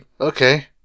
okay